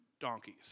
donkeys